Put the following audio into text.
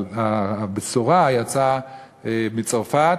אבל הבשורה יצאה מצרפת: